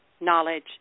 Knowledge